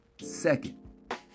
second